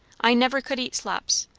i never could eat slops.